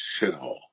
shithole